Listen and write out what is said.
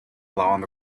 allowed